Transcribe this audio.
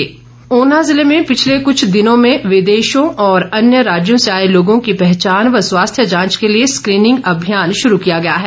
screening अभियान ऊना जिले में पिछले कुछ दिनों में विदेशों और अन्य राज्यों से आए लोगों की पहचान और स्वास्थ्य जांच के लिए स्क्रीनिंग अभियान शुरू किया गया है